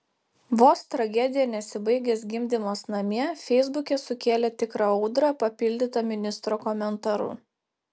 vos tragedija nesibaigęs gimdymas namie feisbuke sukėlė tikrą audrą papildyta ministro komentaru